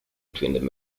between